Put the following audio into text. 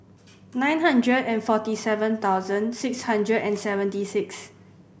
nine hundred and forty seven thousand six hundred and seventy six